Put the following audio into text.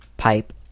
pipe